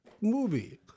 movie